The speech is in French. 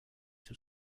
sous